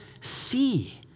see